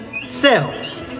cells